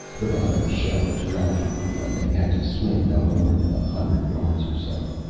the bottom shelved gradually and they had to swim no more than a hundred yards or so.